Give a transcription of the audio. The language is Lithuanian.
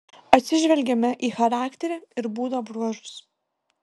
atsižvelgiame į charakterį ir būdo bruožus